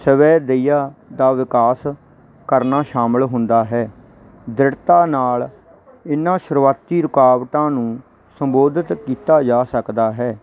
ਸਵੈ ਦਈਆ ਦਾ ਵਿਕਾਸ ਕਰਨਾ ਸ਼ਾਮਲ ਹੁੰਦਾ ਹੈ ਦ੍ਰਿੜਤਾ ਨਾਲ ਇਨ੍ਹਾਂ ਸ਼ੁਰੂਆਤੀ ਰੁਕਾਵਟਾਂ ਨੂੰ ਸੰਬੋਧਿਤ ਕੀਤਾ ਜਾ ਸਕਦਾ ਹੈ